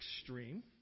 extreme